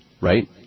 Right